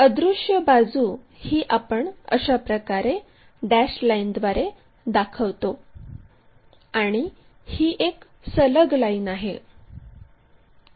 अदृश्य बाजू ही आपण अशाप्रकारे डॅश लाईनद्वारे दाखवतो आणि ही एक सलग लाईन आहे